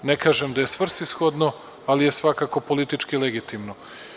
Ne kažem da je svrsishodno, ali je svakako politički legitimno.